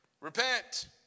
repent